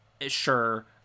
sure